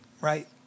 right